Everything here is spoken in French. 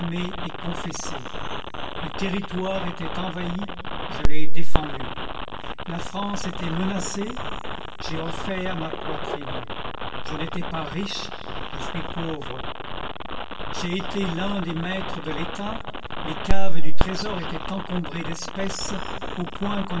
et confessés le territoire était envahi je l'ai défendu la france était menacée j'ai offert ma poitrine je n'étais pas riche je suis pauvre j'ai été l'un des maîtres de l'état les caves du trésor étaient encombrées d'espèces au point